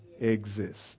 exist